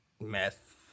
meth